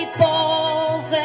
balls